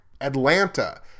Atlanta